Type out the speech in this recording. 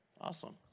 Awesome